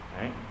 Right